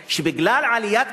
שר האוצר שטייניץ אומר שבגלל עליית